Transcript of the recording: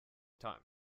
time